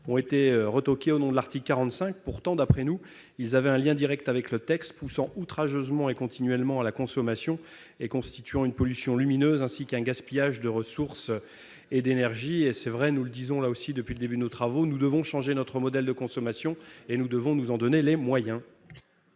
ont été retoqués au nom de l'article 45 de la Constitution. Pourtant, d'après nous, ils avaient un lien direct avec le texte, puisqu'ils poussent outrageusement et continuellement à la consommation, ce qui constitue une pollution lumineuse, ainsi qu'un gaspillage de ressources et d'énergie. Nous le disons depuis le début de nos travaux, nous devons changer notre modèle de consommation et en nous en donner les moyens.